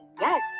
Yes